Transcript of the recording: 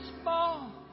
small